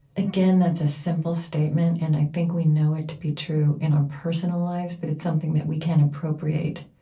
again, that's a simple statement and i think we know it to be true in our personal lives, but it's something that we can appropriate